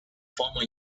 former